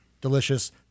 delicious